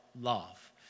love